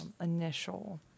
initial